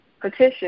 Petition